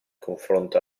confronto